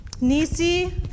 Nisi